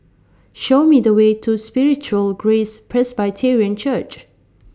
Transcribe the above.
Show Me The Way to Spiritual Grace Presbyterian Church